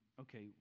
okay